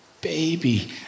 baby